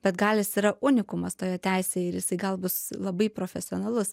bet gal jis yra unikumas toje teisėje ir jisai gal bus labai profesionalus